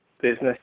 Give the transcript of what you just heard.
business